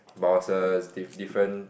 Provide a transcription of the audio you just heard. but was a di~ different